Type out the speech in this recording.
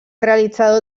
realitzador